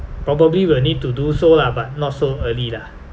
probably will need to do so lah but not so early lah